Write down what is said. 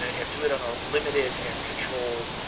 and do it on a limited and controlled